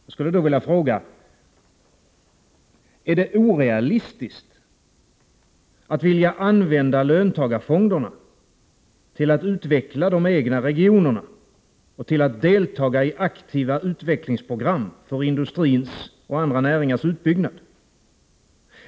Jag skulle då vilja fråga: Är det orealistiskt att vilja använda löntagarfonderna till att utveckla de egna regionerna och till att delta i aktiva utvecklingsprogram för industrins och andra näringars utbyggnad?